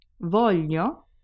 voglio